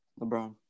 LeBron